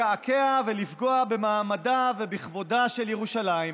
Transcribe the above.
לקעקע ולפגוע במעמדה ובכבודה של ירושלים.